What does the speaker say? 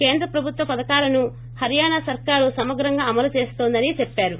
కేంద్ర ప్రభుత్వ పథకాలను హరియాణా సర్కారు సమగ్రంగా అమలు చేస్తోందని చెప్పారు